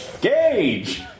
Gage